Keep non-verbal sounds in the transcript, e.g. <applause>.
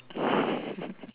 <breath>